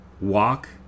walk